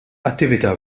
attività